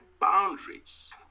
boundaries